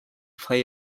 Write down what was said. play